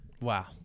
Wow